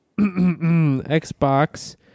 xbox